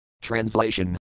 Translation